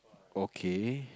okay